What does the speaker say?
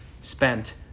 spent